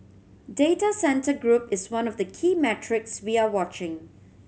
data centre group is one of the key metrics we are watching